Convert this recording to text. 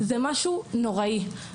זה נוראי.